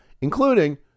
including